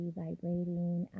vibrating